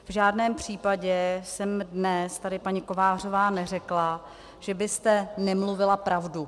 V žádném případě jsem dnes tady, paní Kovářová, neřekla, že byste nemluvila pravdu.